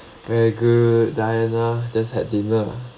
very good dine ah just had dinner